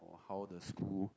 how the school